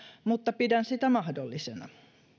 mutta pidän sitä mahdollisena